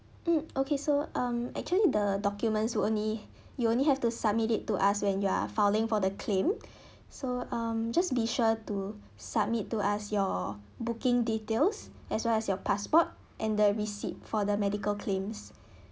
mm okay so um actually the documents will only you only have to submit it to us when you are filing for the claim so um just be sure to submit to us your booking details as well as your passport and the receipt for the medical claims